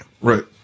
Right